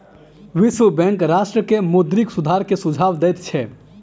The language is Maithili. विश्व बैंक राष्ट्र के मौद्रिक सुधार के सुझाव दैत छै